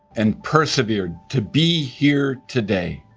and persevered to be here today.